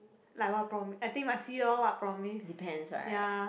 like what prom~ I think must see lor what promise ya